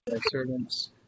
servants